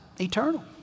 eternal